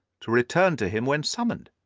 to return to him when summoned.